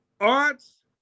arts